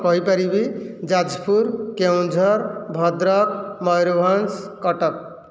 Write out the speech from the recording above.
କହିପାରିବି ଯାଜପୁର କେଉଁଝର ଭଦ୍ରକ ମୟୂରଭଞ୍ଜ କଟକ